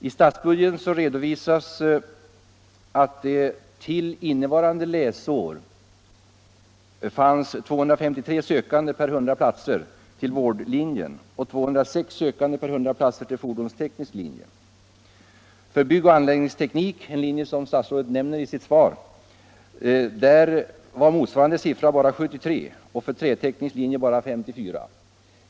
I statsbudgeten redovisas att det innevarande läsår fanns 253 sökande per 100 platser till vårdlinjen och 206 sökande per 100 platser till fordonsteknisk linje. För byggoch anläggningsteknisk linje var motsvarande siffra bara 73 och för träteknisk linje 54.